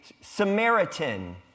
Samaritan